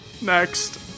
Next